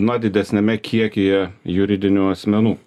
na didesniame kiekyje juridinių asmenų